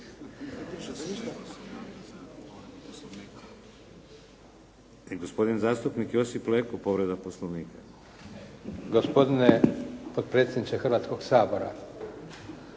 Gospodin zastupnik Josip Leko povreda Poslovnika. **Leko, Josip (SDP)** Gospodine potpredsjedniče Hrvatskog sabora.